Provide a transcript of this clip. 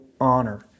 honor